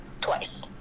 twice